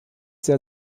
sehr